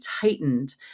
tightened